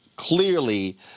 Clearly